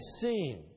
seen